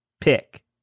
pick